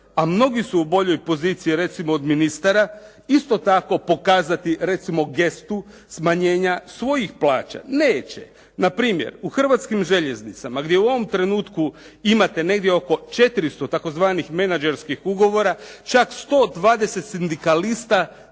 a mnogi su u boljoj poziciji recimo od ministara isto tako pokazati recimo gestu, smanjenja svojih plaća. Neće. Npr. u Hrvatskim željeznicama gdje u ovom trenutku imate negdje oko 400 tzv. menagerskih ugovora, čak 120 sindikalista